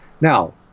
Now